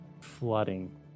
flooding